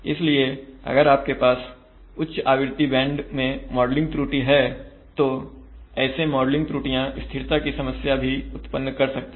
इसलिए अगर आपके पास उच्च आवृत्ति बैंड में मॉडलिंग त्रुटि है तो ऐसे मॉडलिंग त्रुटियां स्थिरता की समस्या भी उत्पन्न कर सकते हैं